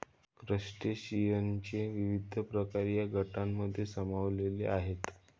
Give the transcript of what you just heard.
क्रस्टेशियनचे विविध प्रकार या गटांमध्ये सामावलेले आहेत